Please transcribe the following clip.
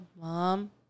Mom